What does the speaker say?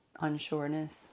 unsureness